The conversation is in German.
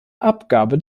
abgabe